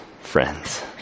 friends